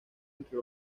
entre